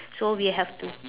so we have to